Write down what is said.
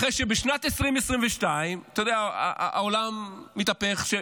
אחרי שבשנת 2022, אתה יודע, העולם התהפך.